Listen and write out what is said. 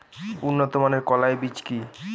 উন্নত মানের কলাই বীজ কি?